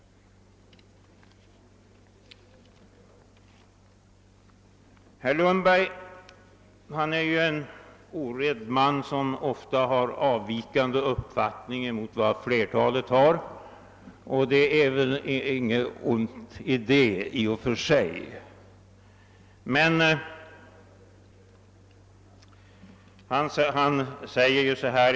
Herr Lundberg är ju en orädd man som ofta har avvikande uppfattning mot flertalet, och det är väl i och för sig inget ont i det.